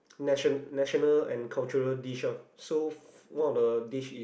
nation national and cultural dish lor so one of the dish is